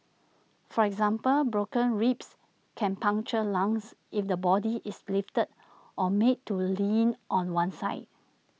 for example broken ribs can puncture lungs if the body is lifted or made to lean on one side